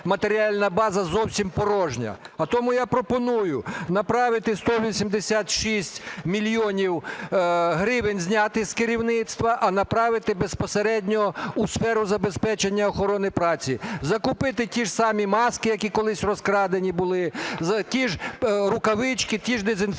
матеріальна база зовсім порожня. А тому я пропоную направити 186 мільйонів гривень зняти з керівництва, а направити безпосередньо у сферу забезпечення охорони праці. Закупити ті ж самі маски, які колись розкрадені були, ті ж рукавички, ті ж дезінфектори,